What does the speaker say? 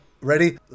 Ready